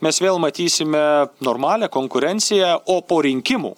mes vėl matysime normalią konkurenciją o po rinkimų